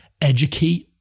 educate